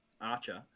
archer